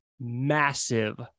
massive